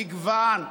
מגוון,